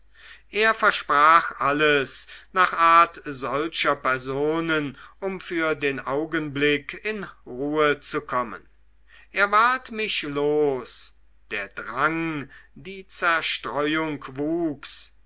er versprach alles nach art solcher personen um für den augenblick in ruhe zu kommen er ward mich los der drang die zerstreuung wuchs